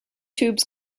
tubes